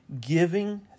Giving